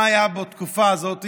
מה היה בתקופה הזו?